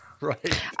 Right